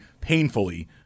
painfully